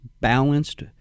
balanced